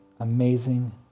amazing